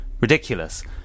ridiculous